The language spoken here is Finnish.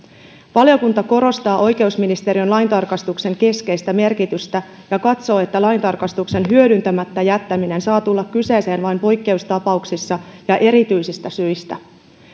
valiokunta korostaa oikeusministeriön laintarkastuksen keskeistä merkitystä ja katsoo että laintarkastuksen hyödyntämättä jättäminen saa tulla kyseeseen vain poikkeustapauksissa ja erityisistä syistä